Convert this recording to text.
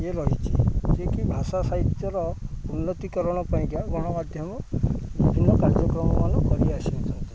ଇଏ ରହିଛି ଯିଏକି ଭାଷା ସାହିତ୍ୟର ଉନ୍ନତିକରଣ ପାଇଁକା ଗଣମାଧ୍ୟମ ବିଭିନ୍ନ କାର୍ଯ୍ୟକ୍ରମ କରି ଆସିଛନ୍ତି